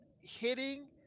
hitting